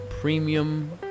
premium